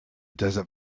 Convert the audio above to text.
desert